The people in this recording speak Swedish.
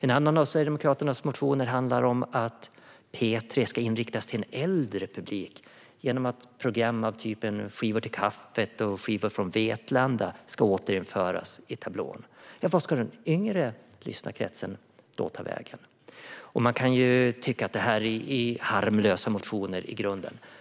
En annan av Sverigedemokraternas motioner handlar om att P3 ska riktas till en äldre publik genom att program av typen Skivor till kaffet och Skivor från Vetlanda återinförs i tablån. Vart ska den yngre lyssnarkretsen då ta vägen? Man kan tycka att detta i grunden är harmlösa motioner.